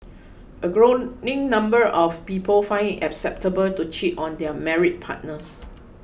a growing number of people find it acceptable to cheat on their married partners